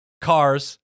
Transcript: cars